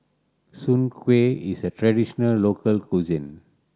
soon kway is a traditional local cuisine